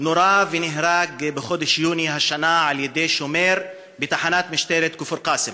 נורה ונהרג בחודש יוני השנה על ידי שומר בתחנת משטרת כפר קאסם.